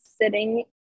sitting